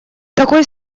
такой